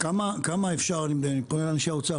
אני פונה לאנשי האוצר,